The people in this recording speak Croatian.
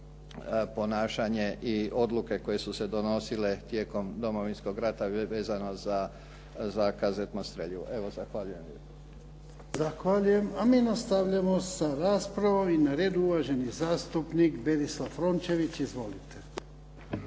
ponašanje i odluke koje su se donosile tijekom Domovinskog rata vezano za kazetno streljivo. Zahvaljujem. **Jarnjak, Ivan (HDZ)** Zahvaljujem. A mi nastavljamo sa raspravom. Na redu je uvaženi zastupnik Berislav Rončević. Izvolite.